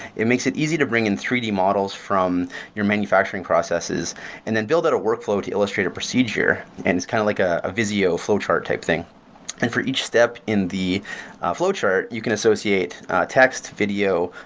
it makes it easy to bring in three d models from your manufacturing processes and then build out a workflow to illustrate a procedure. and it's kind of like ah a visio flowchart type thing and for each step in the flowchart, you can associate text video,